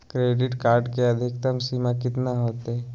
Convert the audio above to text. Credit card के अधिकतम सीमा कितना होते?